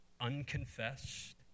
unconfessed